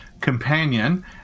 companion